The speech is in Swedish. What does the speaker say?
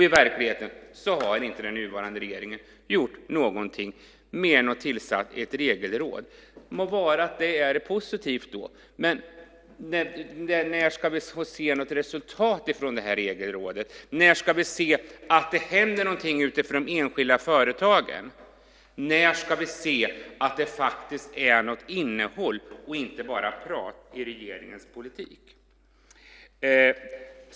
I verkligheten har den nuvarande regeringen inte gjort något mer än att tillsätta ett regelråd. Det må vara att det är positivt. Men när ska vi få se något resultat från Regelrådet? När ska vi se att det händer något för de enskilda företagen? När ska vi se att det finns något innehåll och inte bara är prat i regeringens politik?